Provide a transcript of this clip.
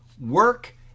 work